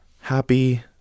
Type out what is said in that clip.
happy